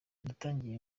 natangiye